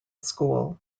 school